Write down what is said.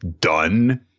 done